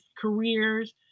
careers